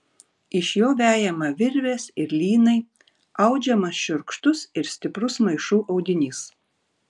iš jo vejama virvės ir lynai audžiamas šiurkštus ir stiprus maišų audinys